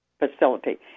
Facility